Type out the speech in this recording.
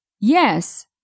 Yes